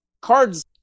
Cards